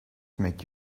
make